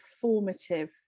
formative